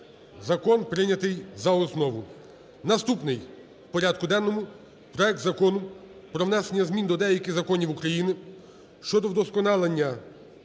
Закон прийнятий за основу. Наступний в порядку денному - проект Закону про внесення змін до деяких законів України щодо вдосконалення